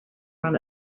run